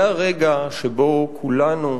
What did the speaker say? זה הרגע שבו כולנו,